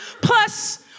plus